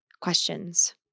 questions